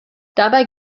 dabei